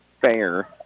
Fair